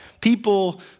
people